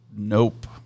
Nope